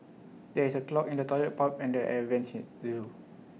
there is A clog in the Toilet Pipe and the air Vents at the Zoo